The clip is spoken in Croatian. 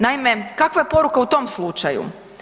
Naime, kakva je poruka u tom slučaju?